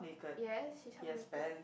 yes he's half naked